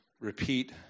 repeat